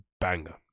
banger